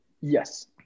Yes